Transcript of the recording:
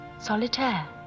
Solitaire